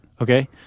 Okay